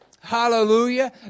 Hallelujah